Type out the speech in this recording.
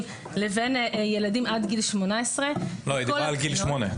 לבין ילדים עד גיל 18. היא דיברה על גיל שמונה.